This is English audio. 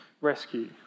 Rescue